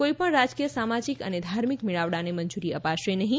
કોઈ પણ રાજકીય સામાજિક અને ધાર્મિક મેળાવડાને મંજૂરી અપાશે નહીં